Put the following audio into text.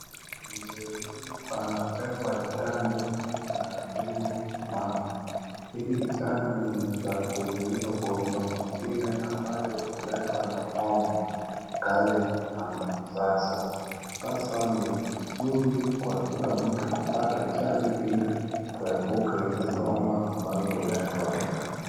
Mzee huyu anapewa chanjo na huyu mama hili chanjo ni za kuzuia ugonjwa mengine ambayo huletwa na homa kali. Sasa ni vizuri kwa kila mtu kupata chanjo ili tuepuka hizi homa ambazo huletwa.